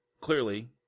Clearly